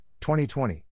2020